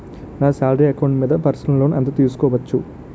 నా salary account మీద personal loan ఎంత తీసుకోవచ్చు?